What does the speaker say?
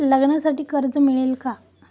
लग्नासाठी कर्ज मिळेल का?